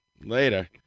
Later